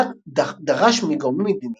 דרש מגורמים מדיניים,